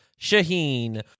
Shaheen